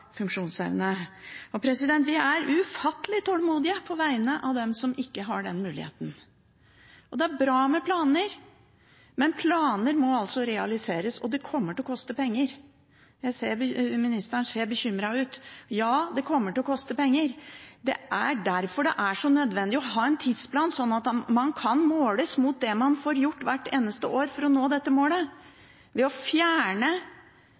funksjonsevne. Vi er ufattelig tålmodige på vegne av dem som ikke har den muligheten. Det er bra med planer, men planer må realiseres, og det kommer til å koste penger. Jeg ser ministeren ser bekymret ut. Ja, det kommer til å koste penger, det er derfor det er så nødvendig å ha en tidsplan, sånn at man kan måles mot det man får gjort hvert eneste år for å nå dette målet. Ved å fjerne